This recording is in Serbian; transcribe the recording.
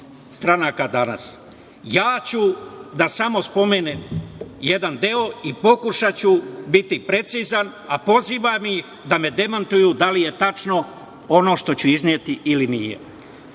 stranaka danas. Ja ću samo da spomenem jedan deo i pokušaću biti precizan, a pozivam ih da me demantuju da li je tačno ono što ću izneti ili nije. Jedan